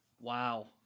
Wow